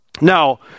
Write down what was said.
Now